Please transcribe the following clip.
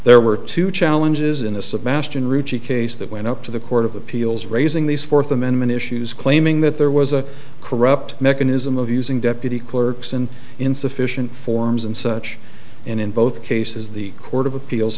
there were two challenges in a sebastian ritchie case that went up to the court of appeals raising these fourth amendment issues claiming that there was a corrupt mechanism of using deputy clerks and insufficient forms and such and in both cases the